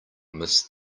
miss